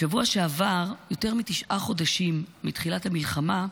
בשבוע שעבר, יותר מתשעה חודשים מתחילת המלחמה,